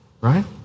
right